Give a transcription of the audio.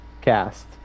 cast